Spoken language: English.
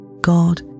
God